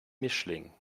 mischling